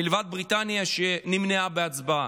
מלבד בריטניה, שנמנעה בהצבעה.